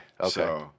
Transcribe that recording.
okay